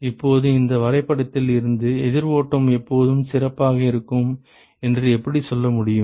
இப்போது இந்த வரைபடத்தில் இருந்து எதிர் ஓட்டம் எப்போதும் சிறப்பாக இருக்கும் என்று எப்படிச் சொல்ல முடியும்